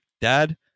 dad